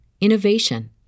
innovation